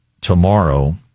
tomorrow